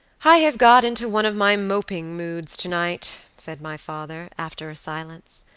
i have got into one of my moping moods tonight, said my father, after a silence,